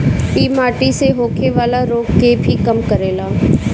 इ माटी से होखेवाला रोग के भी कम करेला